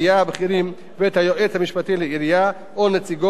היועץ המשפטי לעירייה או נציגו מקרב עובדי לשכתו,